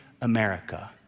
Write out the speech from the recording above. America